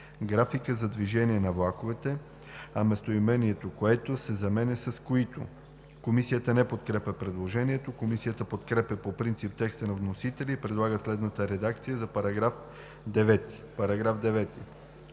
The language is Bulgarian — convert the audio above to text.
„графика за движение на влаковете“, а местоимението „което“ се заменя с „които“. Комисията не подкрепя предложението. Комисията подкрепя по принцип текста на вносителя и предлага следната редакция за § 9: „§ 9.